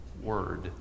word